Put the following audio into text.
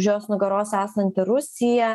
už jos nugaros esanti rusija